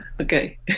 Okay